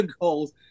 goals